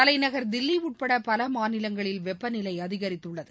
தலைநகர் தில்லி உட்பட பல மாநிலங்களில் வெப்பநிலை அதிகரித்துள்ளது